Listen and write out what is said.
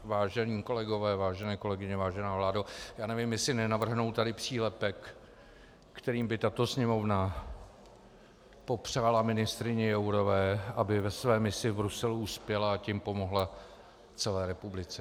Vážení kolegové, vážené kolegyně, vážená vládo, já nevím, jestli nenavrhnout tady přílepek, kterým by tato Sněmovna popřála ministryni Jourové, aby ve své misi v Bruselu uspěla, a tím pomohla celé republice.